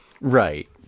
Right